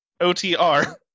O-T-R